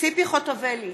ציפי חוטובלי,